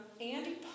Andy